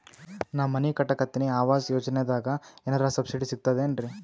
ನಾ ಮನಿ ಕಟಕತಿನಿ ಆವಾಸ್ ಯೋಜನದಾಗ ಏನರ ಸಬ್ಸಿಡಿ ಸಿಗ್ತದೇನ್ರಿ?